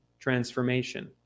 transformation